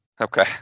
Okay